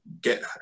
get